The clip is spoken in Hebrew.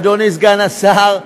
אדוני סגן השר,